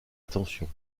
attention